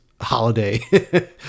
holiday